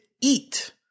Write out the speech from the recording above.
eat